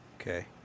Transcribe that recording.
Okay